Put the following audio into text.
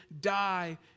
die